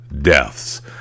deaths